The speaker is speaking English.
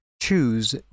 Choose